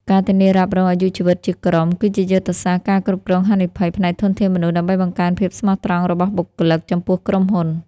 ការធានារ៉ាប់រងអាយុជីវិតជាក្រុម គឺជាយុទ្ធសាស្ត្រ ការគ្រប់គ្រងហានិភ័យ ផ្នែកធនធានមនុស្ស ដើម្បីបង្កើនភាពស្មោះត្រង់របស់បុគ្គលិកចំពោះក្រុមហ៊ុន។